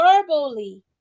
verbally